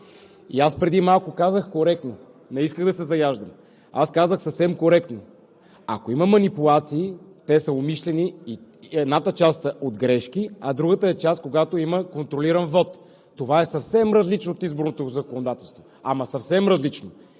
Преди малко казах: коректно. Не исках да се заяждам, казах: съвсем коректно. Ако има манипулации, те са умишлени. Едната част са от грешки, а другата част е, когато има контролиран вот. Това е съвсем различно от изборното законодателство, ама съвсем различно